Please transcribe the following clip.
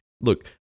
look